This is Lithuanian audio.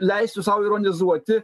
leisiu sau ironizuoti